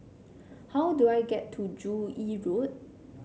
how do I get to Joo Yee Road